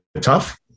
tough